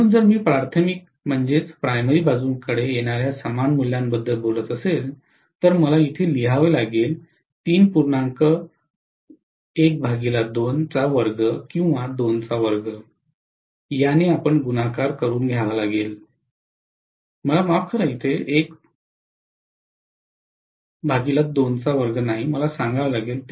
म्हणून जर मी प्राथमिक बाजूंकडे येणार्या समान मूल्याबद्दल बोलत असेल तर मला हे लिहावे लागेल किंवा ने गुणाकार करून घ्यावे लागेल मला माफ करा नाही मला सांगावे लागेल